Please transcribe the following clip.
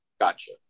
Gotcha